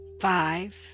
Five